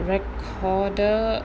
recorder